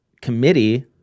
committee